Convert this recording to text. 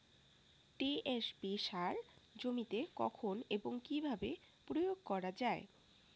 TSP সার জমিতে কখন এবং কিভাবে প্রয়োগ করা য়ায়?